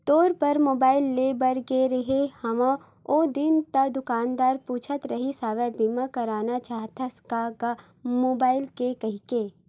तोर बर मुबाइल लेय बर गे रेहें हव ओ दिन ता दुकानदार पूछत रिहिस हवय बीमा करना चाहथस का गा मुबाइल के कहिके